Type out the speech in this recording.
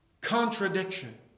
contradiction